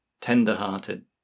tender-hearted